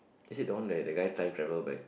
is it the one the the guy time travel by